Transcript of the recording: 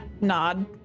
nod